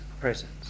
presence